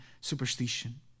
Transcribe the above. superstition